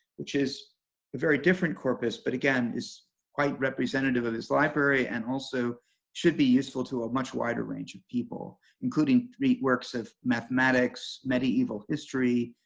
which is a very different corpus but again is quite representative of his library and also should be useful to a much wider range of people, including great works of mathematics, medieval history,